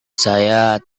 saya